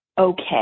Okay